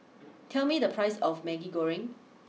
tell me the price of Maggi Goreng